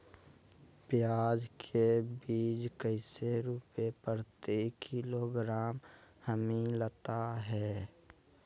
प्याज के बीज कैसे रुपए प्रति किलोग्राम हमिलता हैं?